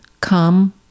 come